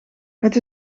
het